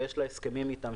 ויש לה הסכמים אתם,